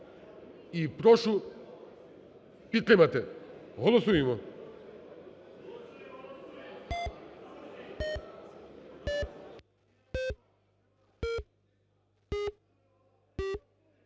і прошу підтримати. Голосуємо.